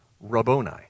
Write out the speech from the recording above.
Rabboni